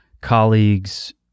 colleagues